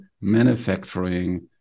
manufacturing